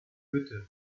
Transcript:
hütte